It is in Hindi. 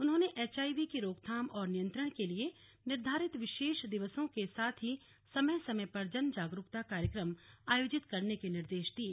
उन्होंने एचआईवी की रोकथाम और नियन्त्रण के लिए निर्घारित विशेष दिवसों के साथ ही समय समय पर जन जागरूकता कार्यक्रम आयोजित करने के निर्देश दिये